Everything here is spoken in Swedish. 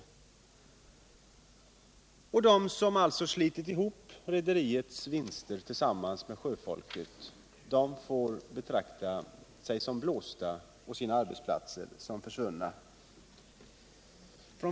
De som tillsammans med sjöfolket slitit ihop rederiets vinster får betrakta sina arbetsplatser som försvunna.